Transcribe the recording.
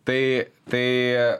tai tai